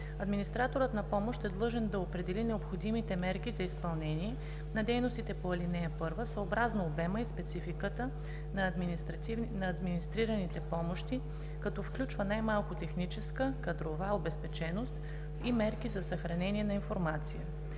Администраторът на помощ е длъжен да определи необходимите мерки за изпълнение на дейностите по ал. 1 съобразно обема и спецификата на администрираните помощи, като включва най-малко техническа, кадрова обезпеченост и мерки за съхранение на информация.